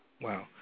Wow